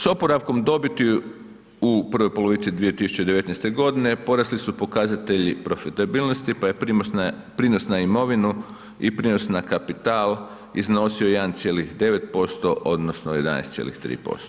S oporavkom dobiti u prvoj polovici 2019. godine porasli su pokazatelji profitabilnosti pa je prinos na imovinu i prinos na kapital iznosio 1,9% odnosno 11,3%